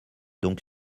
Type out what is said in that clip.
donc